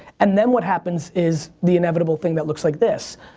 and then what happens is the inevitable thing that looks like this.